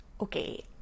Okay